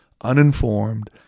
uninformed